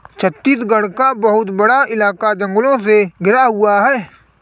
छत्तीसगढ़ का बहुत बड़ा इलाका जंगलों से घिरा हुआ है